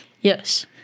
Yes